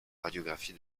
radiographie